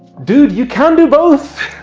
dude you can do both.